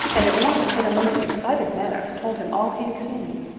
and at once in a most excited manner told him all he had seen.